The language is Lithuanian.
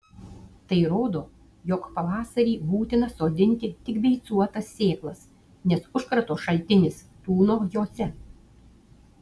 tai rodo jog pavasarį būtina sodinti tik beicuotas sėklas nes užkrato šaltinis tūno jose